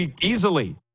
Easily